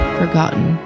forgotten